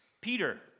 Peter